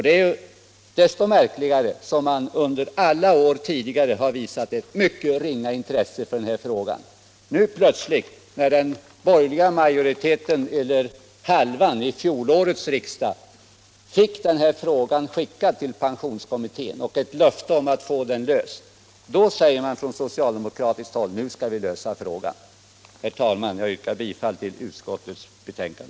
Det är desto märkligare som man under alla tidigare år har visat ett mycket ringa intresse för denna fråga. Nu plötsligt, sedan den borgerliga utskottshalvan vid fjolårets riksdag fått denna fråga över sänd till pensionskommittén och fått löfte om att den skulle lösas, säger Nr 77 man på socialdemokratiskt håll att frågan skall tas upp. Onsdagen den Herr talman! Jag yrkar bifall till utskottets hemställan.